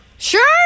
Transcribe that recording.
Sure